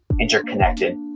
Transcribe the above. interconnected